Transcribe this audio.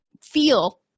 feel